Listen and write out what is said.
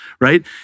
right